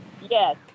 Yes